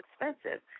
expensive